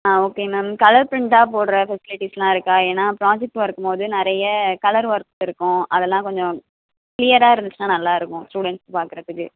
ஆ okay ma'am colour பிரிண்ட்டா போடுற ஃபெசிலிட்டிஸ்லாம் இருக்கா ஏன்னா ப்ராஜெக்ட் ஒர்க்குங்கும்போது நிறைய கலர் ஒர்க்ஸ் இருக்கும் அதெல்லாம் கொஞ்சம் க்ளியராக இருந்துச்சுன்னா நல்லாயிருக்கும் ஸ்டுடெண்ட்ஸ் பார்க்குறத்துக்கு